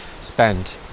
spend